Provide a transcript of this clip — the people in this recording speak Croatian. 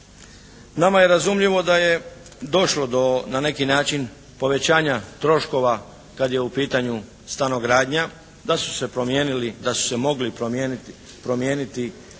Nama je razumljivo da je došlo do na neki način povećanja troškova kad je u pitanju stanogradnja, da su se promijenili, da su se